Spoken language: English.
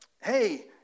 hey